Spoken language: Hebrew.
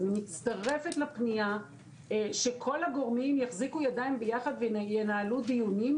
אני מצטרפת לפנייה שכל הגורמים יחזיקו ידיים ביחד וינהלו דיונים,